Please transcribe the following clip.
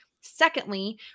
Secondly